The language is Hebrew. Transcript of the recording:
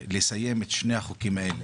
לסיים את שני החוקים האלה,